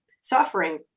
suffering